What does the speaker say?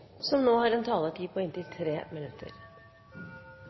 som heretter får ordet, har en taletid på inntil 3 minutter.